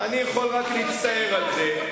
אני יכול רק להצטער על זה,